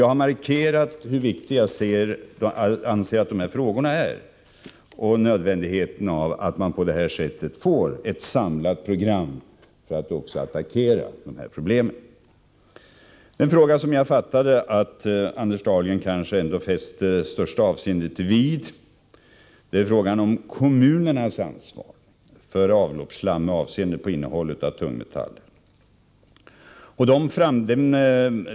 Jag har markerat hur viktiga jag anser att dessa frågor är och hur nödvändigt det är att man på det här sättet får ett samlat program för att attackera dessa problem. Såvitt jag förstår är frågan om kommunernas ansvar för avloppsslam med avseende på innehåll av tungmetaller den fråga som Anders Dahlgren fäste det största avseendet vid.